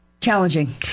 challenging